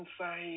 say